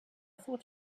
thought